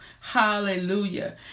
Hallelujah